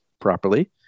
properly